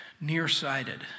nearsighted